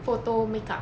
photo makeup